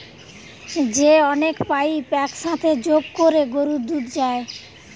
যে অনেক পাইপ এক সাথে যোগ কোরে গরুর দুধ যায়